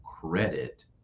credit